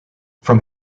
from